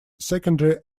secondary